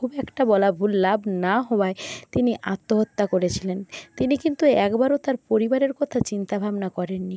খুব একটা বলা ভুল লাভ না হওয়ায় তিনি আত্মহত্যা করেছিলেন তিনি কিন্তু একবারও তার পরিবারের কথা চিন্তাভাবনা করেননি